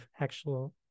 actual